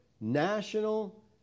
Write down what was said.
national